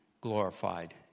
glorified